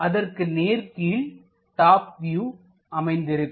அதற்கு நேர்கீழ் top view அமைந்திருக்கும்